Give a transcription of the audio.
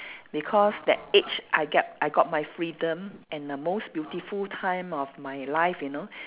because that age I get I got my freedom and the most beautiful time of my life you know